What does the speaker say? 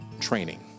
training